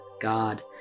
God